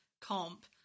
comp